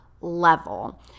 level